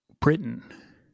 Britain